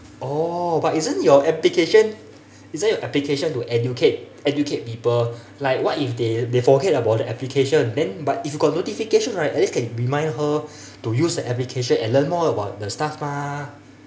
oh but isn't your application isn't your application to educate educate people like what if they they forget about the application then but if got notification right at least can remind her to use the application and learn more about the stuff mah